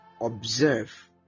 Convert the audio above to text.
observe